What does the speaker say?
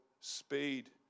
speed